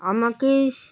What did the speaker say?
আমাকে